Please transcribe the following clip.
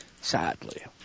Sadly